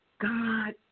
God